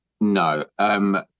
No